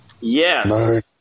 Yes